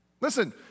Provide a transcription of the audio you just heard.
Listen